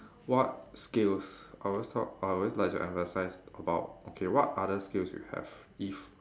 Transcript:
what skills I always talk I always like to emphasise about okay what other skills you have if